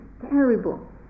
terrible